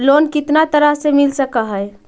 Loan कितना तरह से मिल सक है?